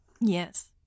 Yes